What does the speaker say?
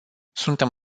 suntem